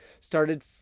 Started